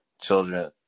children